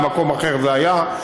ובמקום אחר זה היה.